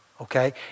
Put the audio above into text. okay